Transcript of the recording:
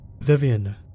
Vivian